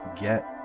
get